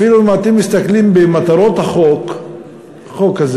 אפילו אם אתם מסתכלים במטרות החוק הזה,